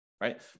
Right